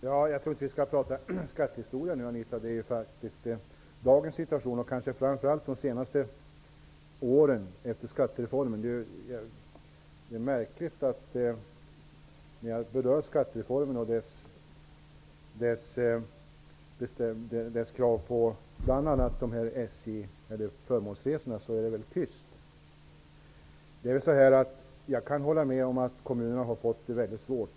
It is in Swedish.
Herr talman! Vi skall nog inte tala skattehistoria nu, Anita Johansson, utan vi skall tala om dagens situation. Jag berörde skattereformen och bestämmelserna vad gäller bl.a. SJ:s förmånsresor. Det är märkligt att det blir så tyst. Jag håller med om att kommunera fått det mycket svårt.